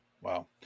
Wow